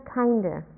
kinder